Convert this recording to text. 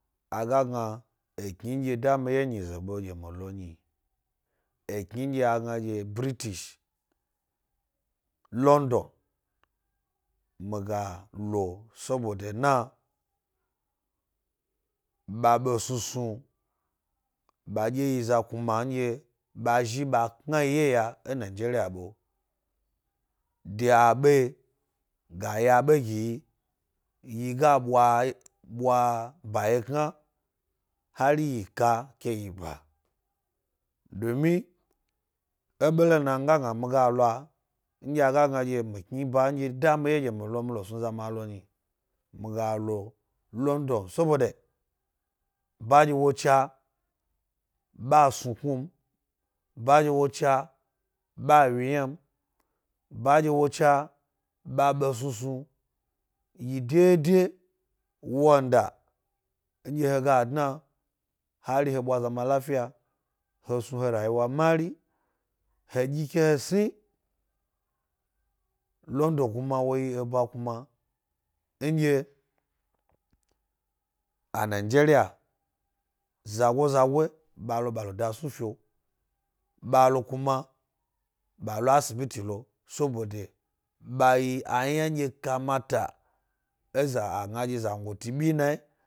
Oga gna elhni nɗye damiswye e nyize ɓe. elhni nɗye agna ɗye british yna london mi ga lo, sobodo na. ɓa besnu snub adye yi za kuma ndye ba zhi ba kna yi wye yay a e nigeria be, de abe ga ya be gi yi yi ga bwa bawyelhna hari yi ka bye. Domi e belon a mi ga gna mi ga loa ndye ga gnadye mi kni bandye da mi wye gi mi lo mi lo mi lo london, sabode bandye wo xha basnu knu. N bandye wo cha ba wyi yna n bandye wo cha ba besnu snu yi dede wonda nɗye he ga dna hari he bwa zama lafiya, he snu he rayiwa mari he dyi ka le sni. London kuma wo yi e ba kuma nɗye anigeriya zago-zago ba lo ba dasnu fio, ba lo kuma, ba lo asibiti lo sobode bayi bina.